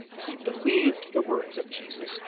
he believed the words of jesus,